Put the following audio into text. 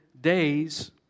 days